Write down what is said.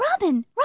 Robin